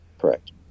Correct